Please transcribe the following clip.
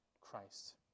Christ